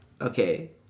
okay